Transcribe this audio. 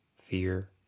fear